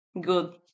good